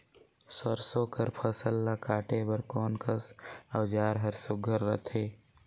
सरसो कर फसल ला काटे बर कोन कस औजार हर सुघ्घर रथे?